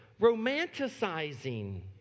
romanticizing